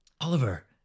Oliver